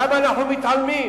למה אנחנו מתעלמים?